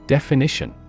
Definition